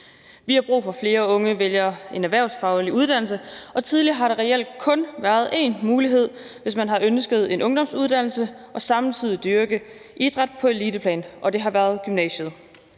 Vi har brug for, at flere unge vælger en erhvervsfaglig uddannelse, og tidligere har der reelt kun været én mulighed, hvis man har ønsket en ungdomsuddannelse og samtidig vil dyrke idræt på eliteplan, og det har været gymnasiet.